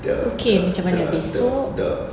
okay macam mana besok